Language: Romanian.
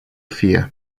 fie